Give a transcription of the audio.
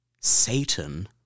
Satan